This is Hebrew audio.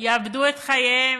יאבדו את חייהן,